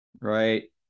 Right